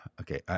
okay